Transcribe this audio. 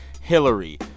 Hillary